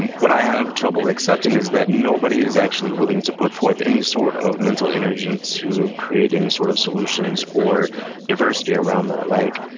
and what i have trouble accepting is that nobody is willing to put forth any sort of mental energy to create any sort of solutions or diversity around that. like